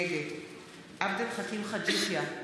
נגד עבד אל חכים חאג' יחיא,